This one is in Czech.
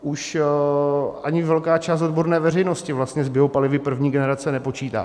Už ani velká část odborné veřejnosti vlastně s biopalivy první generace nepočítá.